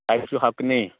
ꯇꯥꯏꯜꯁꯨ ꯍꯥꯞꯀꯅꯤ